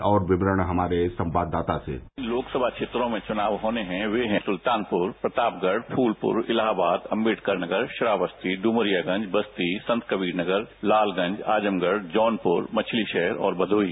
और विवरण हमारे संवाददाता से इस चरण में जिन लोकसभा क्षेत्रों में चुनाव होने हैं वे है सुल्तानपुर प्रतापगढ़ फूलपुर इलाहाबाद अंबेडकर नगर श्रावस्ती डुमरियागंज बस्ती संतकबीरनगर लालगंज आजमगढ़ जौनपुर मछली राहर और भदोही